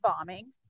bombing